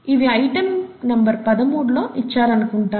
ఇవి ఐటెం 13 లో ఇచ్చారనుకుంటాను